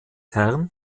herren